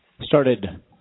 started